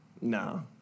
No